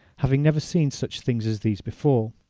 having never seen such things as these before.